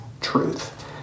truth